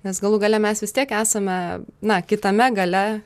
nes galų gale mes vis tiek esame na kitame gale